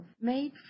made